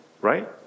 right